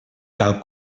cal